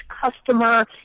customer